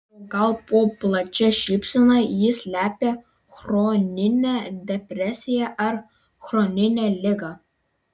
o gal po plačia šypsena ji slepia chroninę depresiją ar chroninę ligą